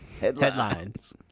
Headlines